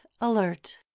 alert